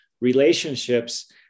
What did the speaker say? relationships